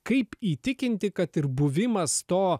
kaip įtikinti kad ir buvimas to